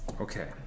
Okay